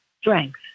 strength